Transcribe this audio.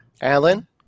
Alan